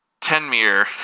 Tenmir